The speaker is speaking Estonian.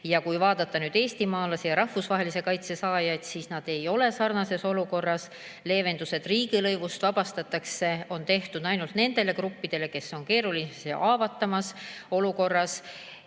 Kui vaadata nüüd eestimaalasi ja rahvusvahelise kaitse saajaid, siis nad ei ole sarnases olukorras. Leevendus, et riigilõivust vabastatakse, on tehtud ainult nendele gruppidele, kes on keerulises ja haavatavas olukorras